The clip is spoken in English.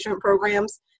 programs